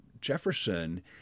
Jefferson